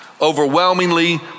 overwhelmingly